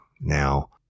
Now